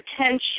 attention